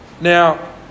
Now